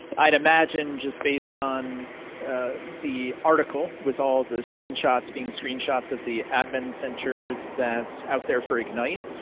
i'd imagine just based on the article with all the screenshots being screenshots of the admin centers that's out there for ignite.